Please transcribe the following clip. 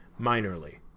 minorly